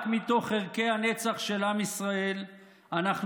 רק מתוך ערכי הנצח של עם ישראל אנחנו